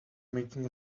making